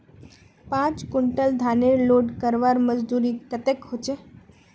पाँच कुंटल धानेर लोड करवार मजदूरी कतेक होचए?